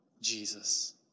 Jesus